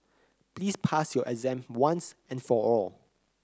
please pass your exam once and for all